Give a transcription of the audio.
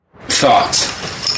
Thoughts